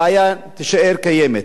הבעיה תישאר קיימת.